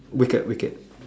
wicked wicked